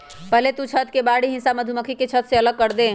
पहले तु छत्त के बाहरी हिस्सा मधुमक्खी के छत्त से अलग करदे